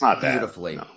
beautifully